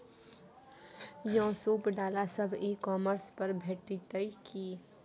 यौ सूप डाला सब ई कॉमर्स पर भेटितै की?